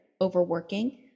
overworking